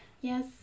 Yes